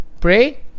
Pray